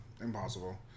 Impossible